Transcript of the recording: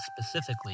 specifically